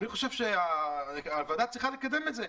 אני חושב שהוועדה צריכה לקדם את זה.